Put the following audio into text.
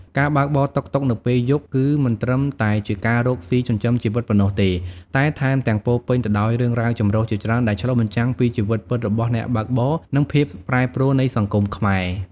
ការបើកបរតុកតុកនៅពេលយប់ គឺមិនត្រឹមតែជាការរកស៊ីចិញ្ចឹមជីវិតប៉ុណ្ណោះទេ តែថែមទាំងពោរពេញទៅដោយរឿងរ៉ាវចម្រុះជាច្រើន ដែលឆ្លុះបញ្ចាំងពីជីវិតពិតរបស់អ្នកបើកបរ និងភាពប្រែប្រួលនៃសង្គមខ្មែរ។